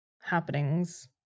happenings